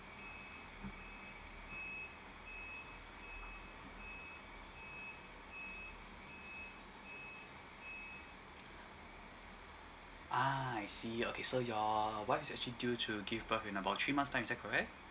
ah I see okay so your wife is actually due to give birth in about three months time is that correct